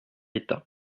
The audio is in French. l’état